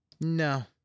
No